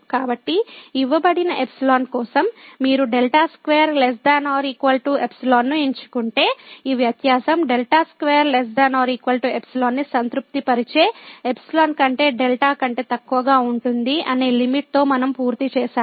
కాబట్టి ఇవ్వబడిన ϵ కోసం మీరు δ2 ≤ ϵ ను ఎంచుకుంటే ఈ వ్యత్యాసం δ2 ≤ ϵ ని సంతృప్తిపరిచే ϵ కంటే δ కంటే తక్కువగా ఉంటుంది అనే లిమిట్ తో మనం పూర్తి చేసాము